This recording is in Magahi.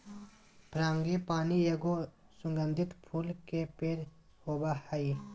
फ्रांगीपानी एगो सुगंधित फूल के पेड़ होबा हइ